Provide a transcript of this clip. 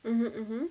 mmhmm mmhmm